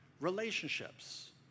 relationships